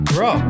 Bro